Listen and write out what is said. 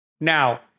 Now